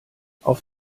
auf